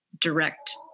direct